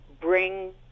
bring